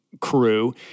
crew